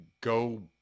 go